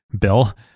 Bill